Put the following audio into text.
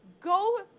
go